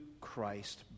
Christ